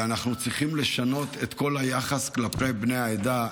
ואנחנו צריכים לשנות את כל היחס כלפי בני העדה.